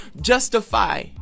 justify